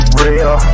real